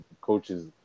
coaches